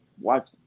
watch